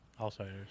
Outsiders